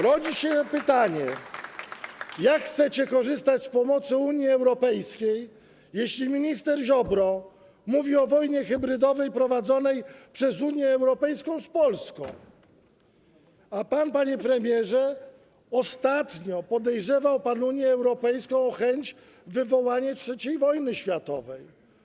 Rodzi się pytanie: Jak chcecie korzystać z pomocy Unii Europejskiej, jeśli minister Ziobro mówi o wojnie hybrydowej prowadzonej przez Unię Europejską z Polską, a pan, panie premierze, ostatnio podejrzewał Unię Europejską o chęć wywołania III wojny światowej?